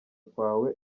kwawe